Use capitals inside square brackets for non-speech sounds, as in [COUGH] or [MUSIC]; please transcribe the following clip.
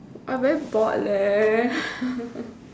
I am very bored leh [LAUGHS]